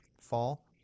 fall